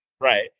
Right